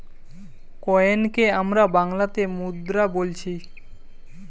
কয়েনকে আমরা বাংলাতে মুদ্রা বোলছি